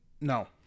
no